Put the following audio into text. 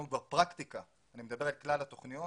כבר פרקטיקה אני מדבר על כלל התוכניות